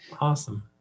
Awesome